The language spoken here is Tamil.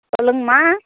சொல்லுங்கம்மா